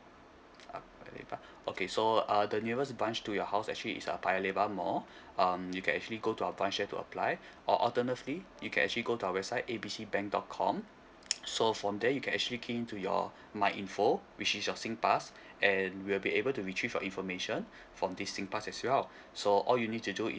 ah paya lebar okay so uh the nearest branch to your house actually is a paya lebar mall um you can actually go to our branch there to apply or alternatively you can actually go to our website A B C bank dot com so from there you can actually key in to your Myinfo which is your Singpass and we'll be able to retrieve your information from this Singpass as well so all you need to do is